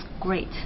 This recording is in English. great